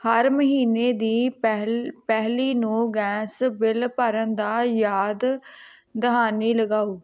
ਹਰ ਮਹੀਨੇ ਦੀ ਪਹਿਲ ਪਹਿਲੀ ਨੂੰ ਗੈਸ ਬਿਲ ਭਰਨ ਦਾ ਯਾਦ ਦਹਾਨੀ ਲਗਾਓ